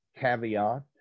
caveat